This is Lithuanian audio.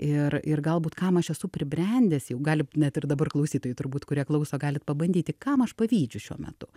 ir ir galbūt kam aš esu pribrendęs jau gali net ir dabar klausytojai turbūt kurie klauso galit pabandyti kam aš pavydžiu šiuo metu